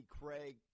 Craig